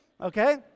Okay